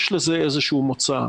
יש לזה איזה שהוא מוצא.